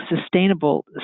sustainable